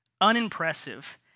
unimpressive